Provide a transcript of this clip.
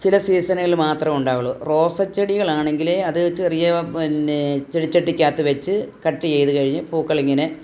ചില സീസണിൽ മാത്രേ ഉണ്ടാവുകയുള്ളു റോസ ചെടികള് ആണെങ്കില് അത് ചെറിയ പിന്നെ ചെടിചട്ടിക്കകത്ത് വച്ച് കട്ട് ചെയ്ത് കഴിഞ്ഞ് പൂക്കളിങ്ങനെ